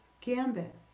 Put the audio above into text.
gambit